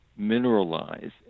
mineralize